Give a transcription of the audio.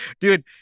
Dude